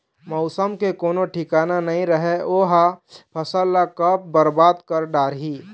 मउसम के कोनो ठिकाना नइ रहय ओ ह फसल ल कब बरबाद कर डारही